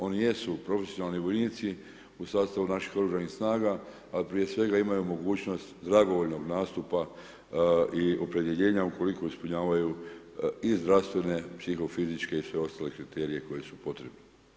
Oni jesu profesionalni vojnici u sastavu naših OS-a ali prije svega imaju mogućnost dragovoljnog nastupa ili opredjeljenja ukoliko ispunjavaju i zdravstvene i psihofizičke i sve ostale kriterije koji su potrebni.